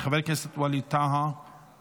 חבר הכנסת ווליד טאהא